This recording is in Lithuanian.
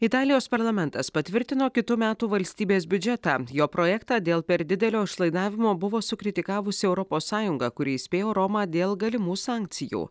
italijos parlamentas patvirtino kitų metų valstybės biudžetą jo projektą dėl per didelio išlaidavimo buvo sukritikavusi europos sąjunga kuri įspėjo romą dėl galimų sankcijų